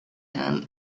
and